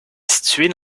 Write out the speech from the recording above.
située